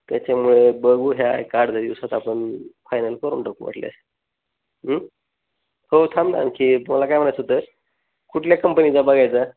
त्याच्यामुळे बघू ह्या एकार्ध्या दिवसात आपण फायनल करून टाकू म्हटल्यास हो थांब ना आणखी मला काय म्हणायचं होतं कुठल्या कंपनीचा बघायचा